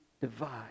divide